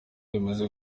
bimeze